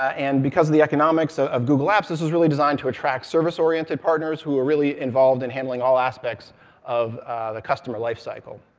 and because of the economics ah of google apps, this was really designed to attract service-oriented partners who were really involved in handling all aspects of the customer life cycle.